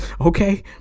okay